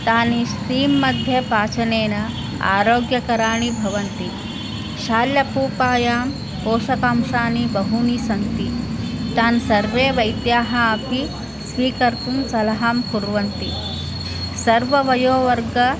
तानि स्टीं मध्ये पचनेन आरोग्यकराणि भवन्ति शाल्यपूपायां पोषकांशाः बहवः सन्ति तान् सर्वे वैद्याः अपि स्वीकर्तुं सलहं कुर्वन्ति सर्वे वयोवर्गः